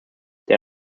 der